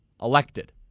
elected